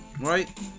Right